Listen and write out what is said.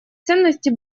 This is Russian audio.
ценности